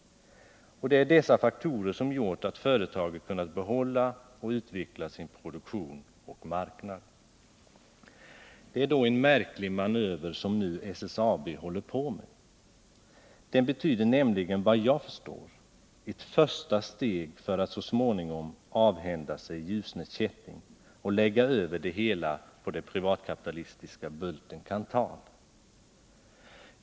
Det är dessa faktorer som gjort att företaget kunnat behålla och utveckla sin produktion och marknad. Det är då en märklig manöver som SSAB nu håller på med. Den betyder nämligen, vad jag förstår, ett första steg mot att så småningom avhända sig Ljusne Kätting och lägga över produktionen på det privatkapitalistiska Bulten-Kanthal.